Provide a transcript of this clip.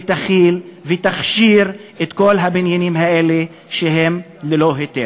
תחיל ותכשיר את כל הבניינים האלה שהם ללא היתר.